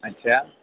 اچھا